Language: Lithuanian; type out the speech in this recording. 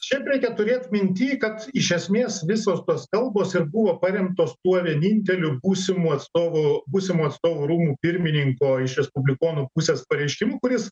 šiaip reikia turėt minty kad iš esmės visos tos kalbos ir buvo paremtos tuo vieninteliu būsimu atstovu būsimu atstovų rūmų pirmininko iš respublikonų pusės pareiškimu kuris